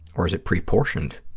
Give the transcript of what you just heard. or is it pre-portioned,